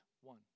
one